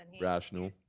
Rational